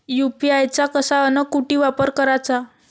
UPI चा कसा अन कुटी वापर कराचा?